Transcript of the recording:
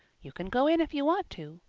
you can go in if you want to.